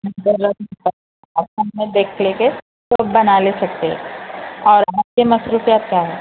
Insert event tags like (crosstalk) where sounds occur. (unintelligible) میں دیکھ دیکھ کے سب بنا لے سکتے اور گھر کی مصروفیات کیا ہیں